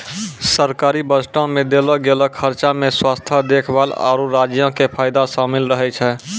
सरकारी बजटो मे देलो गेलो खर्चा मे स्वास्थ्य देखभाल, आरु राज्यो के फायदा शामिल रहै छै